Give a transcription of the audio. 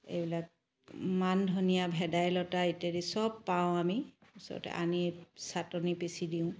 এইবিলাক মানধনিয়া ভেদাইলতা ইত্যাদি চব পাওঁ আমি তাৰপিছত আনি ছাটনি পিছি দিওঁ